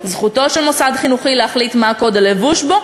זכותו של מוסד חינוכי להחליט מה קוד הלבוש בו,